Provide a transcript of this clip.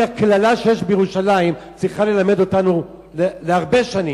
כי הקללה שיש בירושלים צריכה ללמד אותנו להרבה שנים.